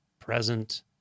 present